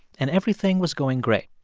and everything was going great,